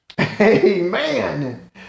Amen